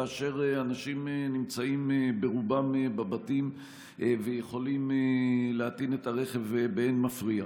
כאשר אנשים נמצאים ברובם בבתים ויכולים להטעין את הרכב באין מפריע.